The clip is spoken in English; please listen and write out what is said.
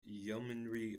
yeomanry